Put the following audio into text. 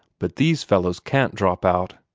but these fellows can't drop out.